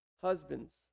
Husbands